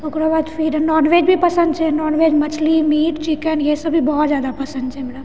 ओकरोबाद फिर नॉनवेज भी पसन्द छै नॉनवेज मछली मीट चिकेन ये सब भी बहुत जादा पसन्द छै हमरा